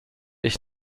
ich